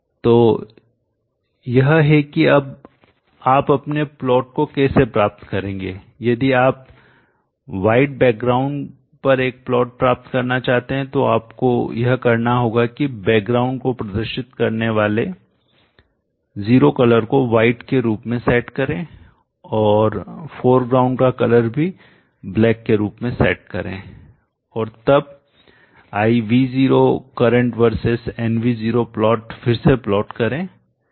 तो यह है कि अब आप अपने प्लॉट को कैसे प्राप्त करेंगे यदि आप व्हाइट बैकग्राउंडपृष्ठभूमि पर एक प्लॉट प्राप्त करना चाहते हैं तो आपको यह करना होगा कि बैकग्राउंड को प्रदर्शित करने वाले जीरो कलर को व्हाइट के रूप में सेट करें और फोरग्राउंड अग्रभूमि का कलर भी ब्लैक के रूप में सेट करें और तब I V0 current versus nv0 plot फिर से प्लॉट करें